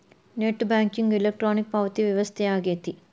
net banking electronic ಪಾವತಿ ವ್ಯವಸ್ಥೆ ಆಗೆತಿ